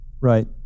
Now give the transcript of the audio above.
Right